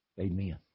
Amen